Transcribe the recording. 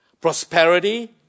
prosperity